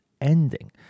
ending